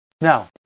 Now